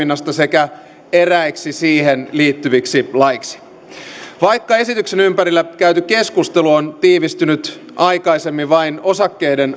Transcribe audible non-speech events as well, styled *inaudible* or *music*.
sekä eräiksi siihen liittyviksi laeiksi vaikka esityksen ympärillä käyty keskustelu on tiivistynyt aikaisemmin vain osakkeiden *unintelligible*